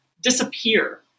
disappear